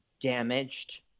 damaged